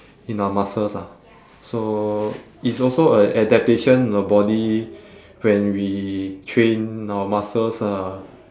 in our muscles ah so it's also a adaptation the body when we train our muscles uh